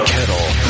Kettle